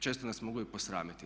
Često nas mogu i posramiti.